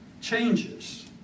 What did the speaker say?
changes